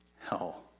hell